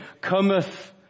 cometh